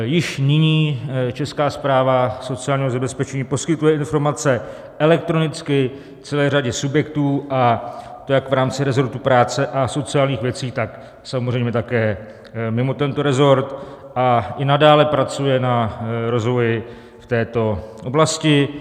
Již nyní Česká správa sociálního zabezpečení poskytuje informace elektronicky celé řadě subjektů, a to jak v rámci resortu práce a sociálních věcí, tak samozřejmě také mimo tento resort, a i nadále pracuje na rozvoji v této oblasti.